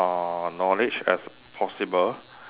uh knowledge as possible